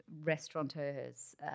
restaurateurs